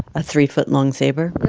a three foot long saber?